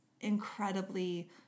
incredibly